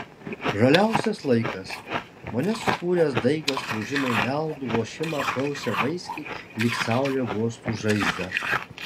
žaliausias laikas mane sukūręs daigas lūžimai meldų ošimą prausia vaiskiai lyg saulė guostų žaizdą